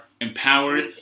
empowered